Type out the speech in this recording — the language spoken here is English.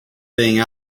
being